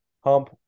hump